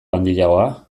handiagoa